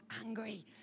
angry